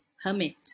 hermit